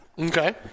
okay